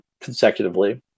consecutively